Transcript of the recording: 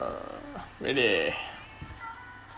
err really